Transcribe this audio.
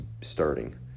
starting